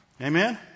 Amen